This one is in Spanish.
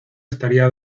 estaría